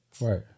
Right